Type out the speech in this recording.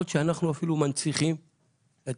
יכול להיות שאנחנו אפילו מנציחים את